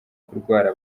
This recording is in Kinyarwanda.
kurwara